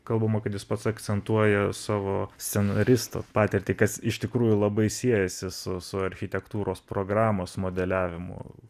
kalbama kad jis pats akcentuoja savo scenaristo patirtį kas iš tikrųjų labai siejasi su su architektūros programos modeliavimu